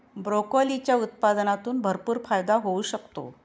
ब्रोकोलीच्या उत्पादनातून भरपूर फायदा होऊ शकतो